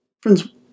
Friends